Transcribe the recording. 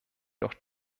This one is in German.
noch